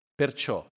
perciò